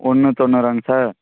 ஒன்று தொண்ணுறாங்க சார்